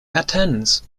attends